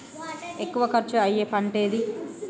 ఎక్కువ ఖర్చు అయ్యే పంటేది?